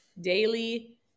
Daily